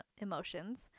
emotions